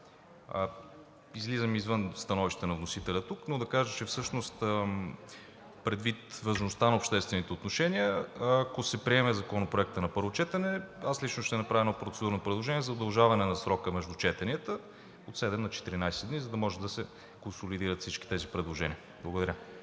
Излизам извън становищата на вносителя тук, но да кажа, че всъщност предвид важността на обществените отношения, ако се приеме Законопроектът на първо четене, лично ще направя едно процедурно предложение за удължаване на срока между четенията от седем на 14 дни, за да може да се консолидират всички тези предложения. Благодаря.